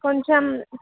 కొంచెం